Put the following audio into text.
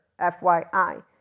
FYI